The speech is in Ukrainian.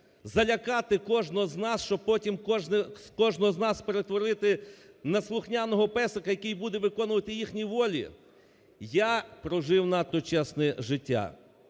залякати кожного з нас, щоб потім кожного з нас перетворити на "слухняного песика", який буде виконувати їхню волю? Я прожив надто чесне життя,